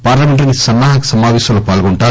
parliamentary సన్నా హక సమాపేశంలో పాల్గొంటారు